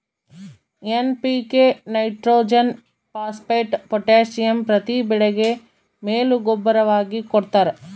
NPK nitrogen phosphate potassium ಪ್ರತಿ ಬೆಳೆಗೆ ಮೇಲು ಗೂಬ್ಬರವಾಗಿ ಕೊಡ್ತಾರ